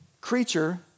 creature